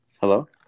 hello